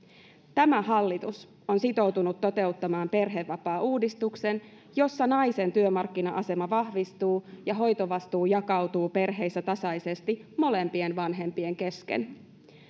tämä hallitus on sitoutunut toteuttamaan perhevapaauudistuksen jossa naisen työmarkkina asema vahvistuu ja hoitovastuu jakautuu perheissä tasaisesti molempien vanhempien kesken